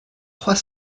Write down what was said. trois